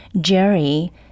Jerry